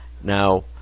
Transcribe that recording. Now